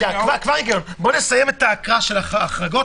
וגם אם נחסן הכי מהר,